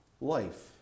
life